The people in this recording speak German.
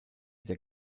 der